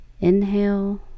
inhale